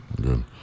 good